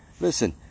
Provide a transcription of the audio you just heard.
Listen